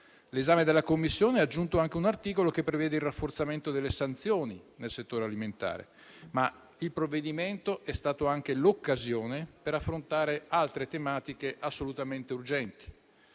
da parte della Commissione ha aggiunto anche un articolo che prevede il rafforzamento delle sanzioni nel settore alimentare, ma il provvedimento è stato anche l'occasione per affrontare altre tematiche assolutamente urgenti: